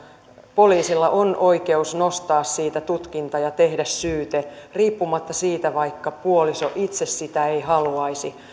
poliisilla on oikeus nostaa siitä tutkinta ja tehdä syyte riippumatta siitä että puoliso itse sitä ei haluaisi